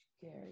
Gary